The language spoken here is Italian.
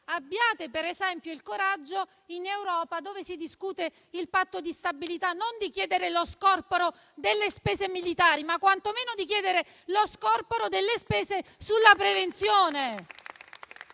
abbiate il coraggio in Europa, dove si discute il Patto di stabilità, di chiedere non lo scorporo delle spese militari, ma quantomeno lo scorporo delle spese sulla prevenzione.